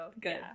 Good